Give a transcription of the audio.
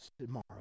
tomorrow